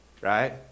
Right